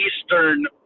eastern